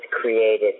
created